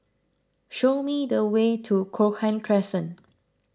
show me the way to Cochrane Crescent